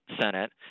Senate